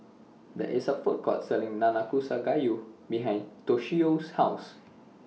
There IS A Food Court Selling Nanakusa Gayu behind Toshio's House